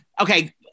okay